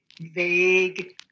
vague